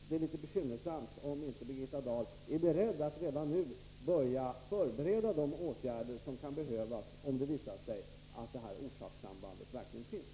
Det är bekymmersamt om Birgitta Dahlinte är beredd att redan nu börja förbereda de åtgärder som kan behöva vidtas, om det visar sig att det här orsakssambandet verkligen finns.